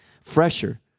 fresher